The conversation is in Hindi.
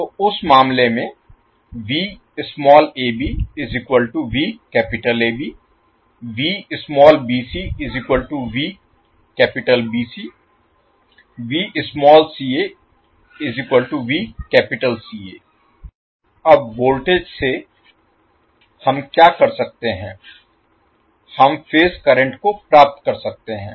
तो उस मामले में अब वोल्टेज से हम क्या कर सकते हैं हम फेज करंट को प्राप्त कर सकते हैं